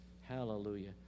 Hallelujah